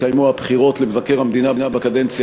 חברות וחברי הכנסת,